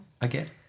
Again